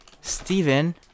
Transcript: Steven